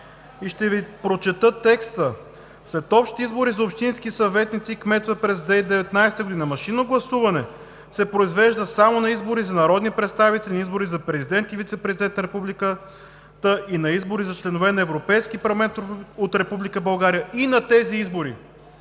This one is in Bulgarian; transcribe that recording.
и ще Ви прочета текста: „След общите избори за общински съветници и кметове през 2019 г. машинното гласуване се произвежда само на избори за народни представители, на избори за Президент и вицепрезидент на Републиката и на избори за членове на Европейския парламент от Република България, и на тези избори“.